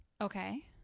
Okay